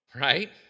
right